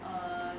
err